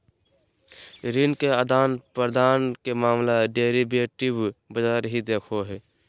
ऋण के आदान प्रदान के मामला डेरिवेटिव बाजार ही देखो हय